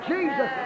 Jesus